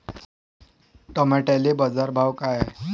टमाट्याले बाजारभाव काय हाय?